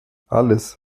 alles